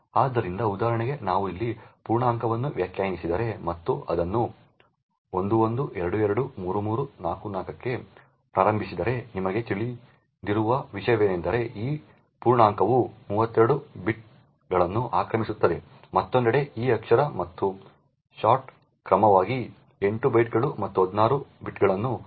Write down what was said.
ಆದ್ದರಿಂದ ಉದಾಹರಣೆಗೆ ನಾವು ಇಲ್ಲಿ ಪೂರ್ಣಾಂಕವನ್ನು ವ್ಯಾಖ್ಯಾನಿಸಿದ್ದರೆ ಮತ್ತು ಅದನ್ನು 11223344 ಗೆ ಪ್ರಾರಂಭಿಸಿದರೆ ನಮಗೆ ತಿಳಿದಿರುವ ವಿಷಯವೆಂದರೆ ಈ ಪೂರ್ಣಾಂಕವು 32 ಬಿಟ್ಗಳನ್ನು ಆಕ್ರಮಿಸುತ್ತದೆ ಮತ್ತೊಂದೆಡೆ ಈ ಅಕ್ಷರ ಮತ್ತು ಶಾರ್ಟ್ ಕ್ರಮವಾಗಿ 8 ಬಿಟ್ಗಳು ಮತ್ತು 16 ಬಿಟ್ಗಳನ್ನು ಆಕ್ರಮಿಸುತ್ತದೆ